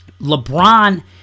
LeBron